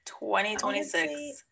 2026